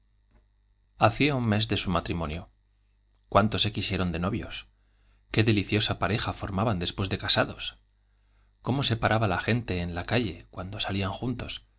hacía un mes de su matrimonio j cuánto se quiformaban sieron de novios qué deliciosa pareja de casados j cómo se paraba la gente en después ensal la calle cuando salían juntos